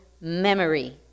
memory